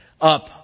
up